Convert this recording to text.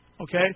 Okay